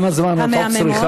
כמה זמן את עוד צריכה?